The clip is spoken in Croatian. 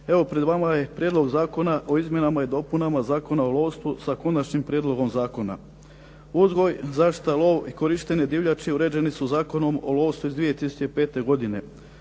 Evo pred vama je Prijedlog zakona o izmjenama i dopunama Zakona o lovstvu sa konačnim prijedlogom zakona. Uzgoj, zaštita, lov i korištenje divljači uređene su Zakonom o lovstvu iz 2005. godine.